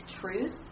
truth